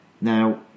Now